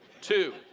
Two